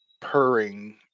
purring